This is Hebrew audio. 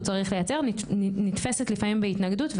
הוא צריך לייצר נתפסת לפעמים בהתנגדות,